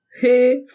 Hey